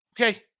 Okay